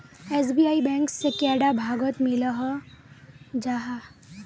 SBI bank से कैडा भागोत मिलोहो जाहा?